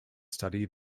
study